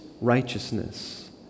righteousness